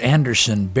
Anderson